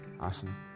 Awesome